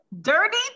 Dirty